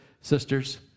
sisters